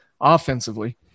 offensively